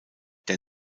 der